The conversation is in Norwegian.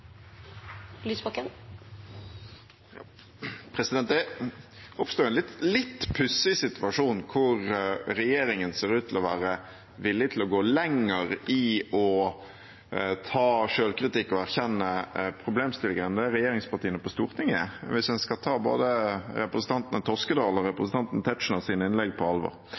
Det oppstår en litt pussig situasjon, hvor regjeringen ser ut til å være villig til å gå lenger i å ta selvkritikk og erkjenne problemstillingen enn regjeringspartiene på Stortinget er, hvis en skal ta både representanten Toskedals og representanten Tetzschners innlegg på alvor.